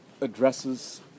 addresses